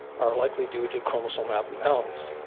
are likely due to chromosome abnormalities.